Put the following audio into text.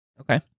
Okay